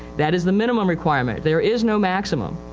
that is the minimum requirement. there is no maximum,